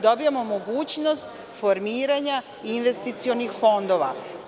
Dobijamo mogućnost formiranja investicionih fondova.